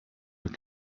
were